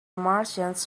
martians